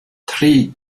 three